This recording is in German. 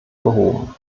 behoben